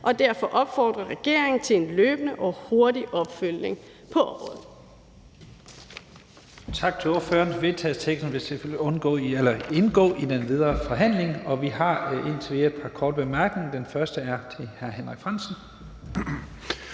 og opfordrer regeringen til en løbende og hurtig opfølgning på området.«